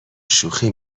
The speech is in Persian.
شوخی